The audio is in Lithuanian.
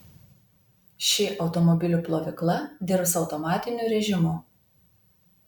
ši automobilių plovykla dirbs automatiniu rėžimu